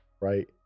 right